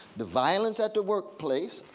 the violence at the workplace,